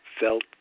felt